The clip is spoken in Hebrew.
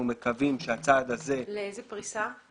לאיזו פריסה?